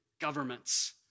governments